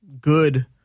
good